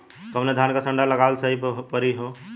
कवने धान क संन्डा लगावल सही परी हो?